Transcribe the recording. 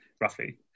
Roughly